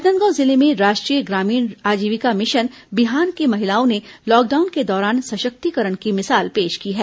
राजनांदगांव जिले में राष्ट्रीय ग्रामीण आजीविका मिशन बिहान की महिलाओं ने लॉकडाउन के दौरान सशक्तिकरण की मिसाल पेश की है